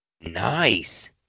Nice